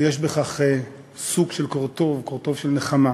ויש בכך קורטוב של נחמה.